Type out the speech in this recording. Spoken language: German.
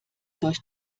durch